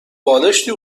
بالشتی